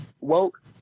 woke